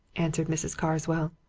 answered mrs. carswell.